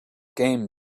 game